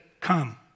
Come